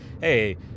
hey